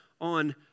on